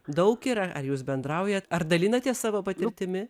daug yra ar jūs bendraujat ar dalinatės savo patirtimi